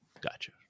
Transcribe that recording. Gotcha